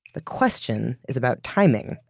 the question is about timing.